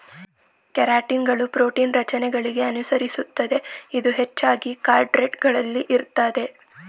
ಕೆರಾಟಿನ್ಗಳು ಪ್ರೋಟೀನ್ ರಚನೆಗಳಿಗೆ ಅನುಸರಿಸುತ್ತದೆ ಇದು ಹೆಚ್ಚಾಗಿ ಕಾರ್ಡೇಟ್ ಗಳಲ್ಲಿ ಇರ್ತದೆ